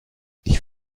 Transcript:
ich